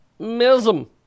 Mism